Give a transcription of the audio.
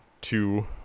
two